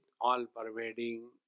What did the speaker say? all-pervading